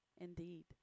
Indeed